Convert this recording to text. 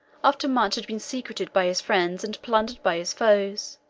after much had been secreted by his friends and plundered by his foes,